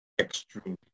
extreme